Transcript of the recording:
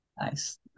Nice